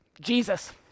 Jesus